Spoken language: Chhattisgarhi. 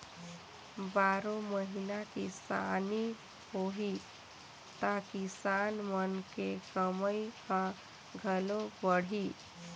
बारो महिना किसानी होही त किसान मन के कमई ह घलो बड़ही